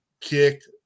kicked